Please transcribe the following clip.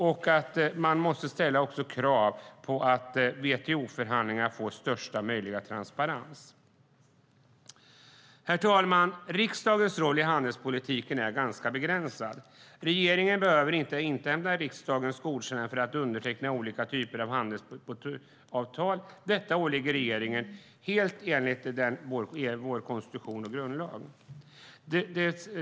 Dessutom måste krav ställas på att WTO-förhandlingarna får största möjliga transparens. Herr talman! Riksdagens roll i handelspolitiken är ganska begränsad. Regeringen behöver inte inhämta riksdagens godkännande för att underteckna olika typer av handelsavtal. Detta åligger regeringen helt enligt vår konstitution och grundlag.